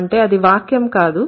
అంటే అది వాక్యం కాదు